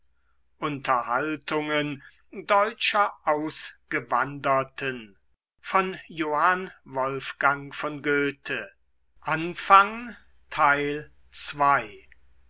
unterhaltungen deutscher ausgewanderten